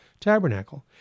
tabernacle